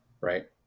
Right